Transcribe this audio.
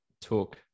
took